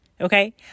Okay